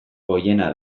goiena